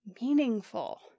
meaningful